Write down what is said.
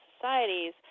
societies